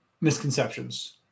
misconceptions